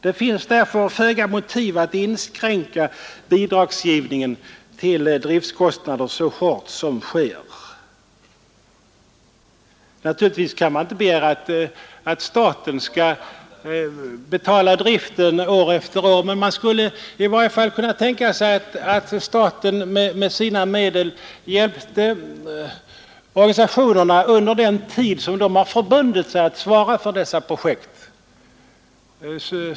Det finns därför föga motiv att inskränka bidragsgivningen till driftkostnader. Naturligtvis kan man inte begära att staten skall betala driften år efter år, men man skulle i varje fall kunna tänka sig att staten med sina medel hjälpte organisationerna under den tid som de har förbundit sig att svara för dessa projekt.